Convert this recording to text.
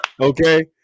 Okay